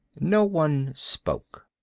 no one spoke.